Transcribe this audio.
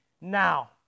now